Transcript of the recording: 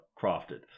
crafted